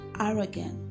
arrogant